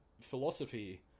philosophy